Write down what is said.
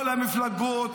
כל המפלגות,